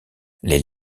les